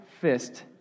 fist